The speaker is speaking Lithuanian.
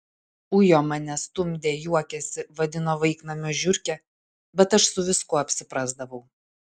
ujo mane stumdė juokėsi vadino vaiknamio žiurke bet aš su viskuo apsiprasdavau